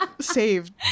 saved